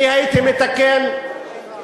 הדרך, אני הייתי מתקן ואומר,